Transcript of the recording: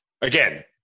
Again